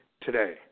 today